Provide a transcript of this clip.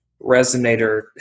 resonator